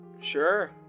sure